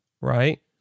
Right